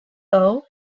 though